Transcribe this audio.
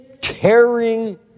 tearing